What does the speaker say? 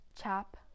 Chap